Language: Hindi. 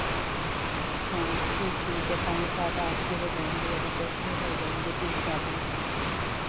अच्छा फिर ठीक है पाँच सात आपके हो जाएँगे और इधर मेरे हो जाएँगे तीस चालीस